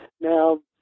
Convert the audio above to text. Now